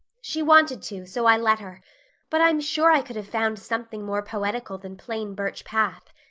she wanted to, so i let her but i'm sure i could have found something more poetical than plain birch path.